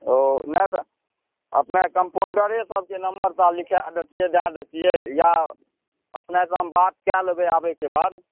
ओ नहि तऽ अपने कम्पाउण्डरे सभके नम्बर लिखा देतिए दऽ देतिए या अपनेसँ बात कऽ लेबै आबैके बाद